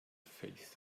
faith